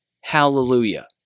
Hallelujah